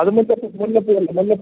അതും വെച്ചോ മുല്ലപ്പൂ അല്ലേ മുല്ല